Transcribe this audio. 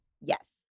Yes